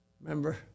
Remember